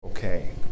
Okay